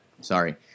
Sorry